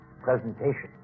presentation